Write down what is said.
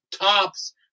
tops